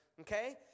Okay